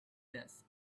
this